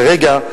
כרגע,